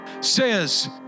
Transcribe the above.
says